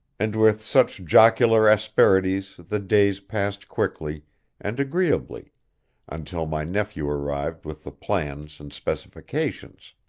and with such jocular asperities the days passed quickly and agreeably until my nephew arrived with the plans and specifications.